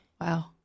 Wow